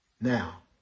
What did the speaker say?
now